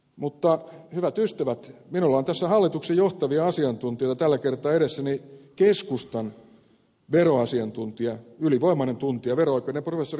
mutta hyvät ystävät minulla on tässä hallituksen johtavia asiantuntijoita tällä kertaa edessäni keskustan veroasiantuntija ylivoimainen tuntija vero oikeuden professori heikki niskakangas